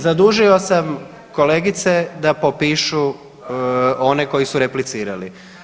Zadužio sam kolegice da popišu one koji su replicirali.